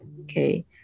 Okay